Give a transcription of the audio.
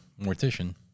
Mortician